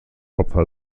opfer